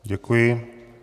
Děkuji.